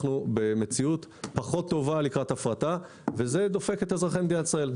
אנחנו במציאות פחות טובה לקראת הפרטה וזה פוגע באזרחי מדינת ישראל.